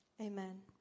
Amen